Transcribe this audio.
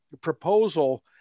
proposal